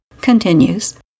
continues